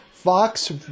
Fox